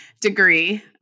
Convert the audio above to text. degree